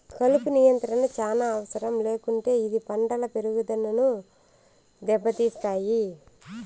కలుపు నియంత్రణ చానా అవసరం లేకుంటే ఇది పంటల పెరుగుదనను దెబ్బతీస్తాయి